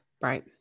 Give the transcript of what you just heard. right